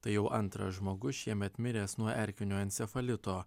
tai jau antras žmogus šiemet miręs nuo erkinio encefalito